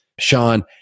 Sean